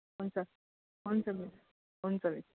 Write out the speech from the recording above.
हुन्छ हुन्छ मिस हुन्छ मिस